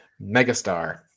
megastar